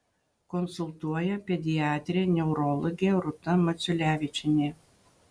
konsultuoja pediatrė neurologė rūta maciulevičienė